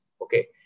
Okay